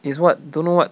is what don't know what